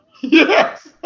Yes